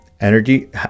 energy